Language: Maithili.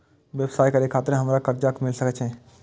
व्यवसाय करे खातिर हमरा कर्जा मिल सके छे?